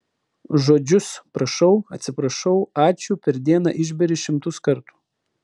žodžius prašau atsiprašau ačiū per dieną išberi šimtus kartų